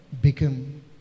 become